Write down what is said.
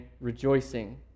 rejoicing